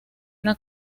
una